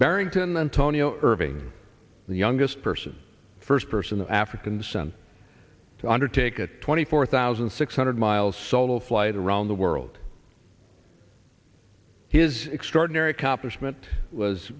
barrington antonio irving the youngest person first person of african descent to undertake a twenty four thousand six hundred mile solo flight around the world his extraordinary accomplishment was